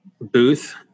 booth